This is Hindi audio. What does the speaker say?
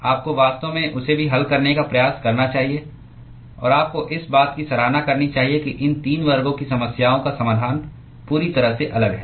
आपको वास्तव में उसे भी हल करने का प्रयास करना चाहिए और आपको इस बात की सराहना करनी चाहिए कि इन 3 वर्गों की समस्याओं का समाधान पूरी तरह से अलग है